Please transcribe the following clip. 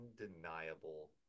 undeniable